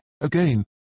Again